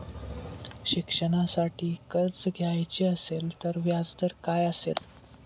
शिक्षणासाठी कर्ज घ्यायचे असेल तर व्याजदर काय असेल?